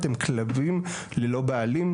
הם כלבים ללא בעלים.